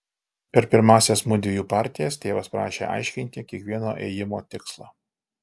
per pirmąsias mudviejų partijas tėvas prašė aiškinti kiekvieno ėjimo tikslą